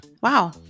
Wow